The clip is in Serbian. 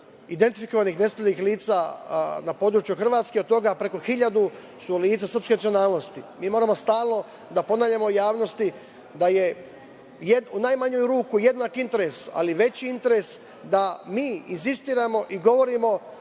identifikovanih nestalih lica na području Hrvatske, od toga preko 1.000 su lica srpske nacionalnosti. Mi moramo stalno da ponavljamo javnosti da je u najmanju ruku jednak interes, ali veći interes da mi insistiramo i govorimo